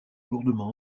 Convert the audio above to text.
lourdement